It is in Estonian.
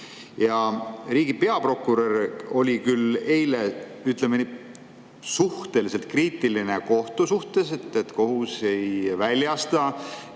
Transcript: Riigi peaprokurör oli eile, ütleme nii, suhteliselt kriitiline kohtu suhtes, et kohus ei väljasta